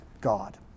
God